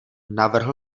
navrhl